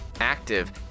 active